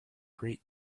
great